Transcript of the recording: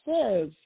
says